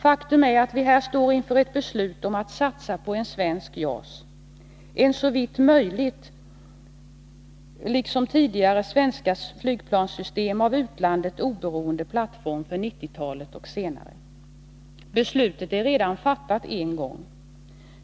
Faktum är att vi här står inför ett beslut om att satsa på en svensk JAS, en såvitt möjligt liksom tidigare svenska flygplanssystem av utlandet oberoende plattform för 1990-talet och senare. Beslutet är redan fattat en gång.